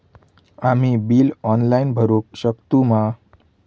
आम्ही bill online भरुक शकतू मा?